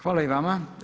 Hvala i vama.